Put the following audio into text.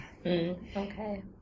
Okay